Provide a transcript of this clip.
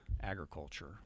agriculture